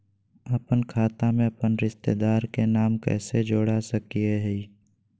अपन खाता में अपन रिश्तेदार के नाम कैसे जोड़ा सकिए हई?